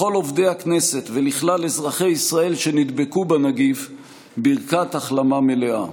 לכל עובדי הכנסת ולכלל אזרחי ישראל שנדבקו בנגיף ברכת החלמה מלאה.